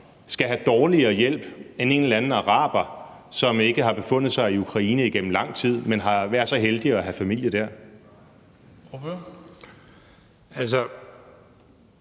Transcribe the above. skal have en dårligere hjælp end en eller anden araber, som ikke har befundet sig i Ukraine igennem lang tid, men som har været så heldig at have familie der?